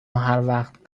هروقت